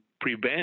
prevent